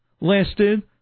lasted